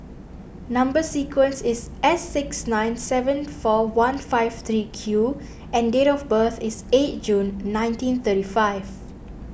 Number Sequence is S six nine seven four one five three Q and date of birth is eighth June nineteen thirty five